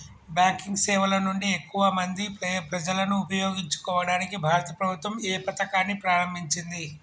Banking సేవల నుండి ఎక్కువ మంది ప్రజలను ఉపయోగించుకోవడానికి భారత ప్రభుత్వం ఏ పథకాన్ని ప్రారంభించింది?